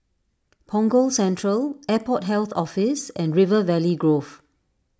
Punggol Central Airport Health Office and River Valley Grove